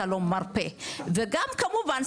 אתה לא מרפה וגם כמובן,